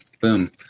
Boom